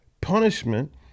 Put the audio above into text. Punishment